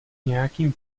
nějakým